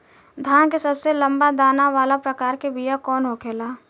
धान के सबसे लंबा दाना वाला प्रकार के बीया कौन होखेला?